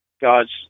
God's